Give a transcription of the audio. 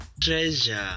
treasure